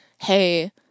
hey